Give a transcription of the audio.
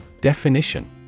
Definition